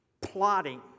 plotting